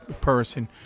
person